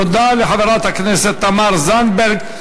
תודה לחברת הכנסת תמר זנדברג.